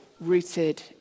rooted